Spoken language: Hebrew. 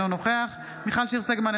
אינו נוכח מיכל שיר סגמן,